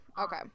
okay